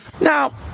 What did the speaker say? Now